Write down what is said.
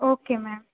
okay ma'am